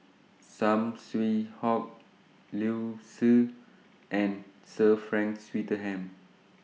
Saw Swee Hock Liu Si and Sir Frank Swettenham